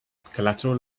collateral